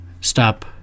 stop